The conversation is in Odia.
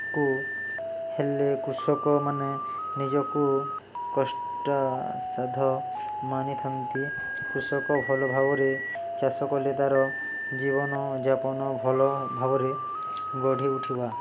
କୁ ହେଲେ କୃଷକମାନେ ନିଜକୁ କଷ୍ଟସାଧ୍ୟ ମାନିଥାନ୍ତି କୃଷକ ଭଲ ଭାବରେ ଚାଷ କଲେ ତା'ର ଜୀବନଯାପନ ଭଲ ଭାବରେ ଗଢ଼ି ଉଠିବା